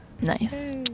nice